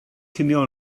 cinio